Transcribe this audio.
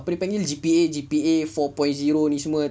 apa itu panggil G_P_A G_P_A four point zero ini semua